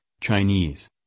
Chinese